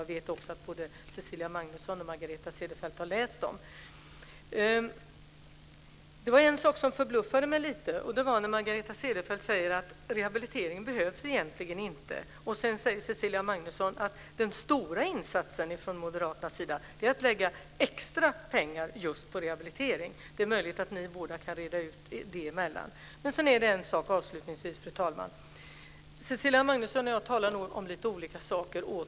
Jag vet också att både Cecilia Magnusson och Margareta Cederfelt har läst dem. Det var en sak som förbluffade mig lite. Det var när Margareta Cederfelt sade att rehabilitering egentligen inte behövs. Sedan säger Cecilia Magnusson att den stora insatsen från moderaternas sida är att lägga extra pengar på just rehabilitering. Det är möjligt att ni båda kan reda ut det mellan er. Jag vill avslutningsvis, fru talman, säga att Cecilia Magnusson och jag nog återigen talar om olika saker.